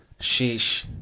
sheesh